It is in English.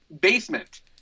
basement